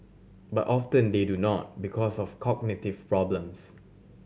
but often they do not because of cognitive problems